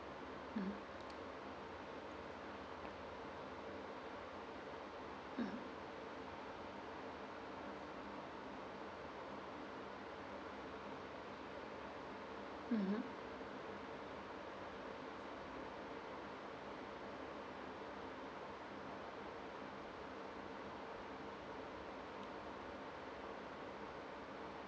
mm mm mmhmm